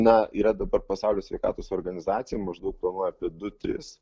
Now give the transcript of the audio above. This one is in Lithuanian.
na yra dabar pasaulio sveikatos organizacija maždaug apie du tris